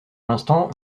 l’instant